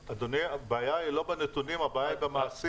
אדוני, הבעיה היא לא בנתונים, הבעיה היא במעשים.